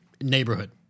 neighborhood